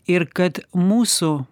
ir kad mūsų